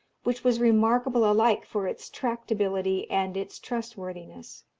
which was remarkable alike for its tractability and its trustworthiness.